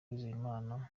uwizeyimana